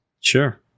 sure